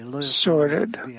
sorted